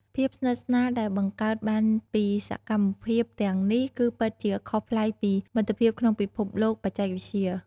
ភាពស្និទ្ធស្នាលដែលបង្កើតបានពីសកម្មភាពទាំងនេះគឺពិតជាខុសប្លែកពីមិត្តភាពក្នុងពិភពលោកបច្ចេកវិទ្យា។